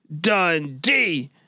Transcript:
Dundee